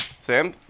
Sam